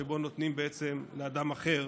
שבו נותנים לאדם אחר,